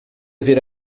ver